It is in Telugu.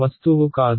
వస్తువు కాదు